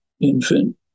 infant